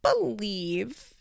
believe